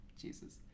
Jesus